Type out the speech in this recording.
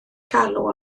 galw